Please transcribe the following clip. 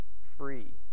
free